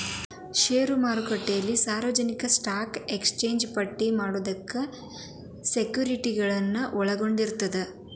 ಷೇರು ಮಾರುಕಟ್ಟೆ ಸಾರ್ವಜನಿಕ ಸ್ಟಾಕ್ ಎಕ್ಸ್ಚೇಂಜ್ನ್ಯಾಗ ಪಟ್ಟಿ ಮಾಡಿದ ಸೆಕ್ಯುರಿಟಿಗಳನ್ನ ಒಳಗೊಂಡಿರ್ತದ